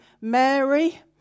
Mary